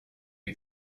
you